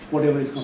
whatever is